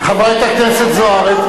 חברת הכנסת זוארץ.